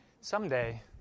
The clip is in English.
Someday